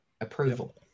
approval